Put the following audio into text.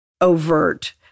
overt